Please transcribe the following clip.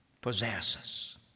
possesses